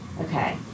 Okay